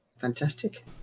Fantastic